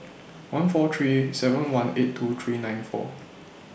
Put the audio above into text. one four three seven one eight two three nine four